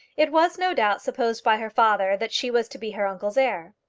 it was, no doubt, supposed by her father that she was to be her uncle's heir.